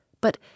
but